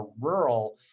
rural